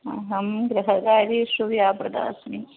अहं गृहकार्येषु व्यापृता अस्मि